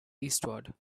eastward